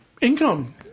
income